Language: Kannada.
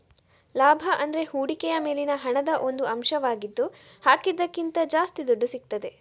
ಲಾಭ ಅಂದ್ರೆ ಹೂಡಿಕೆಯ ಮೇಲಿನ ಹಣದ ಒಂದು ಅಂಶವಾಗಿದ್ದು ಹಾಕಿದ್ದಕ್ಕಿಂತ ಜಾಸ್ತಿ ದುಡ್ಡು ಸಿಗ್ತದೆ